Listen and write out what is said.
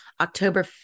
October